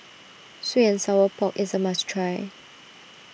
Sweet and Sour Pork is a must try